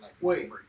Wait